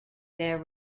their